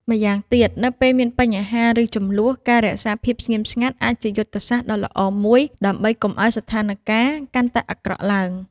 ម្យ៉ាងទៀត នៅពេលមានបញ្ហា ឬជម្លោះ ការរក្សាភាពស្ងៀមស្ងាត់អាចជាយុទ្ធសាស្ត្រដ៏ល្អមួយ ដើម្បីកុំឱ្យស្ថានការណ៍កាន់តែអាក្រក់ឡើង។